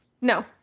No